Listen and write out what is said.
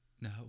No